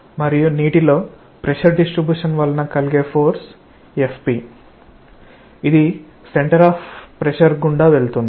మరియు నీటిలో pressure distribution వలన కలిగే ఫోర్స్ Fp ఇది సెంటర్ ఆఫ్ ప్రెషర్ గుండా వెళుతుంది